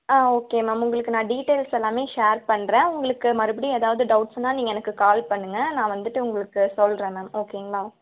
ஆ okay ma'am உங்களுக்கு நான் details எல்லாமே ஷேர் பண்ணுறேன் உங்களுக்கு மறுபடியும் எதாவது டௌட்ஸ்னால் நீங்கள் எனக்கு கால் பண்ணுங்க நான் வந்துட்டு உங்களுக்கு சொல்கிறேன் மேம் ஓகேங்களா